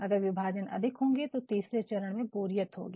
अगर विभाजन अधिक होंगे तो तीसरे चरण में बोरियत होगी